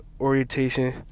orientation